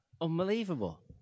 Unbelievable